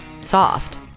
soft